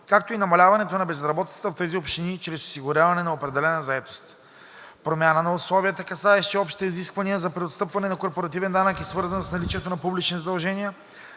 както и намаляването на безработицата в тези общини чрез осигуряване на определена заетост; - промяна на условията, касаещи общите изисквания за преотстъпване на корпоративен данък и свързани с наличието на публични задължения;